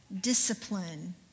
discipline